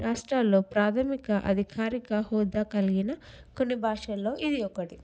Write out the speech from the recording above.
రాష్ట్రాల్లో ప్రాథమిక అధికారిక హోదా కలిగిన కొన్ని భాషల్లో ఇది ఒకటి